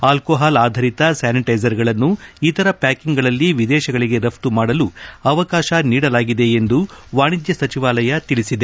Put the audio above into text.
alcohol ಆಧಾರಿತ ಸ್ಲಾನಿಟ್ಟೆಸರ್ಗಳನ್ನು ಇತರ ಪ್ಲಾಕಿಂಗ್ಗಳಲ್ಲಿ ವಿದೇಶಗಳಿಗೆ ರಫ್ತ ಮಾಡಲು ಅವಕಾಶ ನೀಡಲಾಗಿದೆ ಎಂದು ವಾಣಿಜ್ಯ ಸಚಿವಾಲಯ ತಿಳಿಸಿದೆ